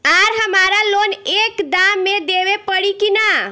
आर हमारा लोन एक दा मे देवे परी किना?